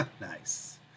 nice